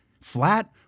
flat